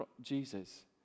Jesus